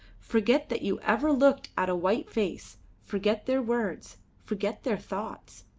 forget that you ever looked at a white face forget their words forget their thoughts.